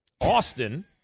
Austin